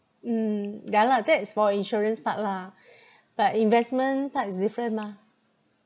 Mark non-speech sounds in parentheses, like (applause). mm ya lah that is for insurance part lah (breath) but investment part is different mah